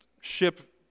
ship